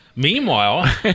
Meanwhile